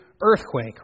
earthquake